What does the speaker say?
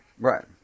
Right